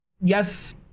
Yes